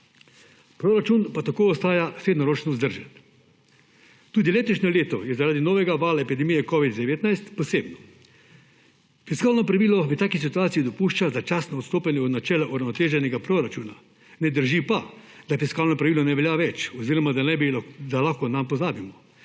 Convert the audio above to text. Proračun pa tako ostaja srednjeročno vzdržen. Tudi letošnje leto je zaradi novega vala epidemije covida-19 posebno. Fiskalno pravilo v taki situaciji dopušča začasno odstopanje od načela uravnoteženega proračuna, ne drži pa, da fiskalno pravilo ne velja več oziroma da lahko nanj pozabimo.